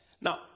now